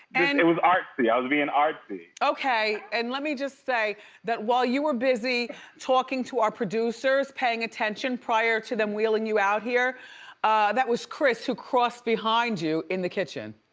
and it was artsy. i was being artsy. okay and let me just say that while you were busy talking to our producers paying attention prior to them wheeling you out here that was chris who crossed behind you in the kitchen.